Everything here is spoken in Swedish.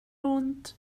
ont